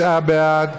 69 בעד,